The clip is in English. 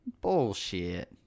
Bullshit